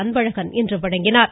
அன்பழகன் இன்று வழங்கினார்